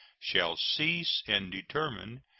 shall cease and determine,